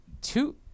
two